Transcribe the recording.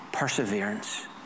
Perseverance